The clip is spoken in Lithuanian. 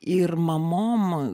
ir mamom